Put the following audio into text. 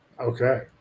Okay